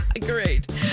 Great